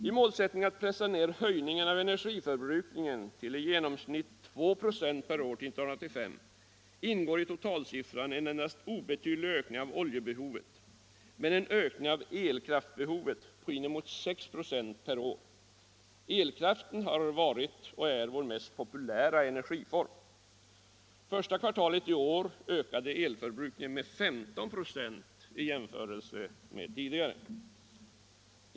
I målsättningen att pressa ned höjningen av energiförbrukningen till i genomsnitt 2 96 per år till 1985 ingår i totalsiffran en endast obetydlig ökning av oljebehovet men en ökning av elkraftsbehovet på inemot 6 96 per år. Elkraften har varit och är vår mest populära energiform. Första kvartalet i år ökade elförbrukningen med 15 96 i jämförelse med motsvarande tid förra året.